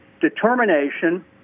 determination